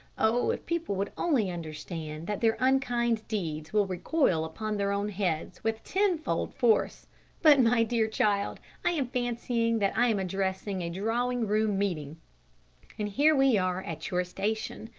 oh, if people would only understand that their unkind deeds will recoil upon their own heads with tenfold force but, my dear child, i am fancying that i am addressing a drawing-room meeting and here we are at your station.